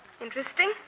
Interesting